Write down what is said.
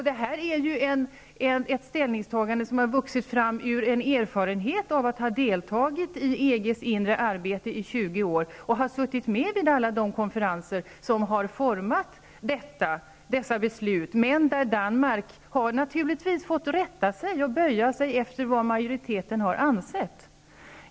Det här är ju ett ställningstagande som har vuxit fram ur en erfarenhet när Danmark deltagit i EG:s inre arbete under 20 år och har suttit med vid alla de konferenser som format besluten, men då Danmark naturligtvis har fått böja sig för vad majoriteten ansett.